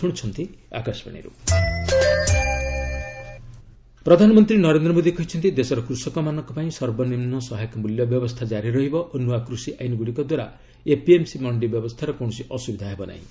PM MSP APMC ପ୍ରଧାନମନ୍ତ୍ରୀ ନରେନ୍ଦ୍ର ମୋଦୀ କହିଛନ୍ତି ଦେଶର କୃଷକମାନଙ୍କ ପାଇଁ ସର୍ବନିମ୍ନ ସହାୟକ ମୂଲ୍ୟ ବ୍ୟବସ୍ଥା ଜାରି ରହିବ ଓ ନୂଆ କୃଷି ଆଇନ୍ ଗୁଡ଼ିକ ଦ୍ୱାରା ଏପିଏମ୍ସି ମଣ୍ଡି ବ୍ୟବସ୍ଥାର କୌଣସି ଅସୁବିଧା ହେବ ନାହିଁ